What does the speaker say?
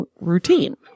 routine